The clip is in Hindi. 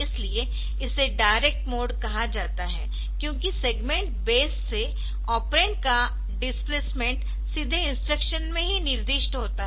इसलिए इसे डायरेक्ट मोड कहा जाता है क्योंकि सेगमेंट बेस से ऑपरेंड का डिस्प्लेसमेंट सीधे इंस्ट्रक्शन में ही निर्दिष्ट होता है